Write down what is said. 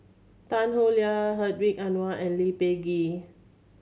Tan Howe Liang Hedwig Anuar and Lee Peh Gee